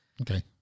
Okay